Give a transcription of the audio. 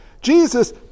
Jesus